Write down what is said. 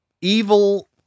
evil